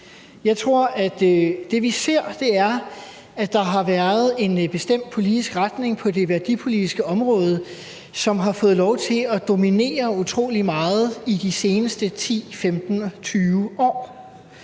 Jeg tror, at det, vi ser, er, at der har været en bestemt politisk retning på det værdipolitiske område, som har fået lov til at dominere utrolig meget i de seneste 10, 15, 20 år.